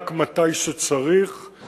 רק מתי שצריך,